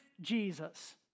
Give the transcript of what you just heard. Jesus